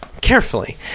carefully